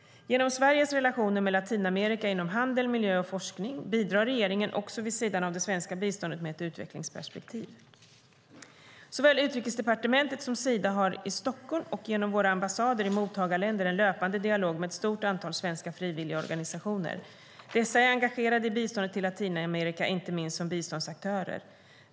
Genom Sveriges relationer med Latinamerika inom handel, miljö och forskning bidrar regeringen, också vid sidan av det svenska biståndet, med ett utvecklingsperspektiv. Såväl Utrikesdepartementet som Sida har i Stockholm och genom våra ambassader i mottagarländer en löpande dialog med ett stort antal svenska frivilligorganisationer. Dessa är engagerade i biståndet till Latinamerika, inte minst som biståndsaktörer.